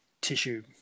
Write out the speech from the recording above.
tissue